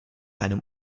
einem